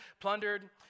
plundered